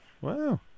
wow